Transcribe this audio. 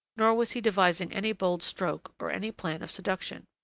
nor was he devising any bold stroke, or any plan of seduction.